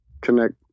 connect